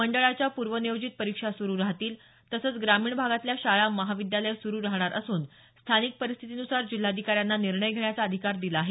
मंडळाच्या पुर्वनियोजित परिक्षा सुरु राहतील तसंच ग्रामीण भागातल्या शाळा महाविद्यालये सुरु राहणार असून स्थानिक परिस्थितीनुसार जिल्हाधिकाऱ्यांना निर्णय घेण्याचा अधिकार दिला आहे